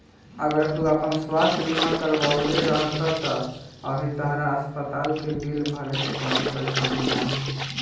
अगर तू आपन स्वास्थ बीमा करवले रहत त अभी तहरा अस्पताल के बिल भरे में कवनो परेशानी ना होईत